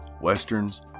westerns